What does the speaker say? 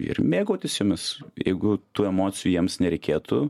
ir mėgautis jomis jeigu tų emocijų jiems nereikėtų